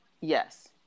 yes